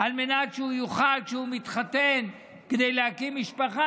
על מנת שכשהוא מתחתן כדי להקים משפחה,